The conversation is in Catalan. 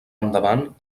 endavant